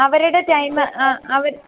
അവരുടെ ടൈമ് ആ അവർ